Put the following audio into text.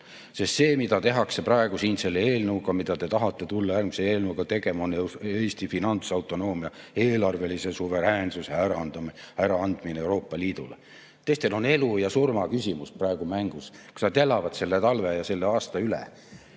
sest see, mida tehakse praegu siin selle eelnõuga, mida te tahate tulla järgmise eelnõuga tegema, on Eesti finantsautonoomia eelarvelise suveräänsuse äraandmine Euroopa Liidule." Teistel on elu ja surma küsimus praegu mängus! Kas nad elavad selle talve ja selle aasta üle?